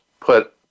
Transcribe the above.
put